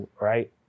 right